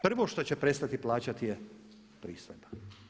Prvo što će prestati plaćati je pristojba.